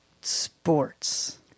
Sports